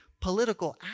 political